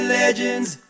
legends